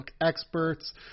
experts